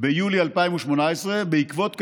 ביולי 2018. בעקבות כך,